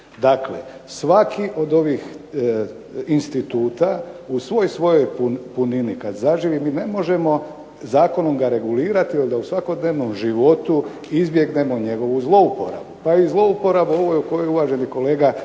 Dakle, svaki od ovih instituta u svoj svojoj punini kad zaživi mi ne možemo zakonom ga regulirati da u svakodnevnom životu izbjegnemo njegovu zlouporabu. Pa i zlouporaba ova o kojoj je uvaženi kolega Mršić